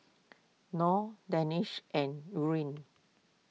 Nor Danish and Nurin